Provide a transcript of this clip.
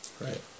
Right